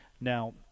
Now